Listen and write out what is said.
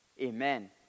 Amen